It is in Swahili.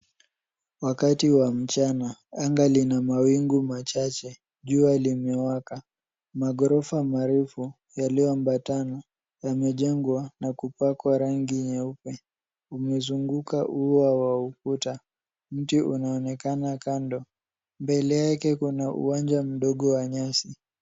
Wakati wa mchana, anga lina mawingu machache. Jua limewaka, maghorofa marefu yaliyoambatana yamejengwa na kupakwa rangi nyeupe. Umeuzunguka ua wa ukuta. Mti unaonekana kando. Mbele yake kuna uwanja mdogo wa nyasi.